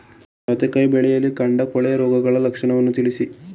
ಸೌತೆಕಾಯಿ ಬೆಳೆಯಲ್ಲಿ ಕಾಂಡ ಕೊಳೆ ರೋಗದ ಲಕ್ಷಣವನ್ನು ತಿಳಿಸಿ?